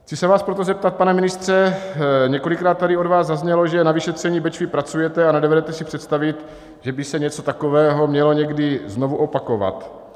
Chci se vás proto zeptat, pane ministře: Několikrát tady od vás zaznělo, že na vyšetření Bečvy pracujete a nedovedete si představit, že by se něco takového mělo někdy znovu opakovat.